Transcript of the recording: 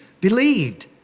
believed